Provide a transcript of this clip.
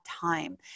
time